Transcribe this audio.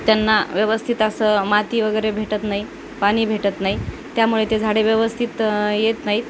त्यांना व्यवस्थित असं माती वगैरे भेटत नाही पाणी भेटत नाही त्यामुळे ते झाडे व्यवस्थित येत नाहीत